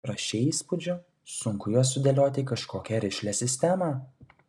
prašei įspūdžių sunku juos sudėlioti į kažkokią rišlią sistemą